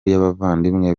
y’abavandimwe